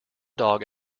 dog